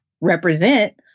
represent